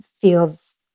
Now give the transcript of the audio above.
feels